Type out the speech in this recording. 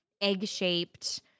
egg-shaped